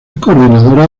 coordinadora